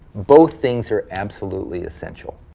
both things are absolutely essential.